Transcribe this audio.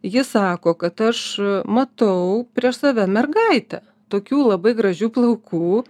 ji sako kad aš matau prieš save mergaitę tokių labai gražių plaukų